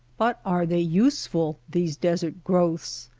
but are they useful, these desert growths?